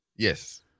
Yes